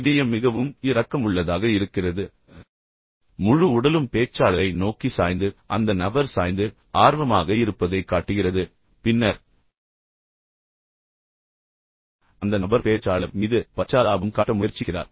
இதயம் மிகவும் இரக்கமுள்ளதாக irukkiradhu இருக்கிறது முழு உடலும் பேச்சாளரை நோக்கி சாய்ந்து அந்த நபர் சாய்ந்து ஆர்வமாக இருப்பதைக் காட்டுகிறது பின்னர் அந்த நபர் பேச்சாளர் மீது பச்சாதாபம் காட்ட முயற்சிக்கிறார்